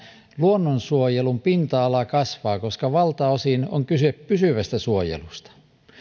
luonnonsuojelun pinta ala kasvaa koska valtaosin on kyse pysyvästä suojelusta